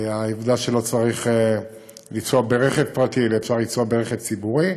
העמדה שלא צריך לנסוע ברכב פרטי אלא אפשר לנסוע ברכב ציבורי,